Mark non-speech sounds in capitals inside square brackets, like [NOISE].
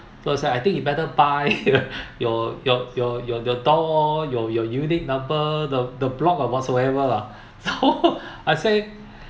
so he said I think you'd better buy your [LAUGHS] your your your your door your your unit number the the block or whatsoever lah so [LAUGHS] I say